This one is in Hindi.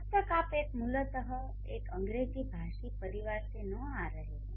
जब तक आप एक मूलत एक अंग्रेजी भाषी परिवार से न आ रहे हैं